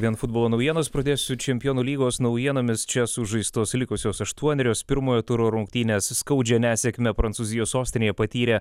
vien futbolo naujienos pradėsiu čempionų lygos naujienomis čia sužaistos likusios aštuonerios pirmojo turo rungtynės skaudžią nesėkmę prancūzijos sostinėje patyrė